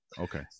okay